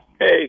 Hey